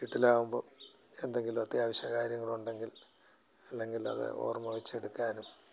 വീട്ടിലാവുമ്പോൾ എന്തെങ്കിലും അത്യാവശ്യ കാര്യങ്ങൾ ഉണ്ടെങ്കിൽ അല്ലെങ്കിൽ അത് ഓർമ്മ വച്ചെടുക്കാനും